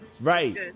right